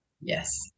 Yes